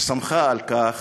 ששמחה על כך